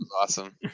awesome